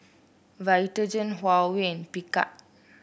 Vitagen Huawei and Picard